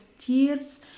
tears